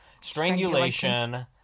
Strangulation